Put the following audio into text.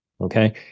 Okay